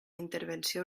intervenció